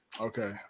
Okay